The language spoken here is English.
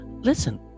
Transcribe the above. listen